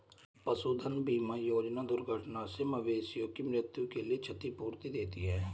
पशुधन बीमा योजना दुर्घटना से मवेशियों की मृत्यु के लिए क्षतिपूर्ति देती है